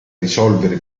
risolvere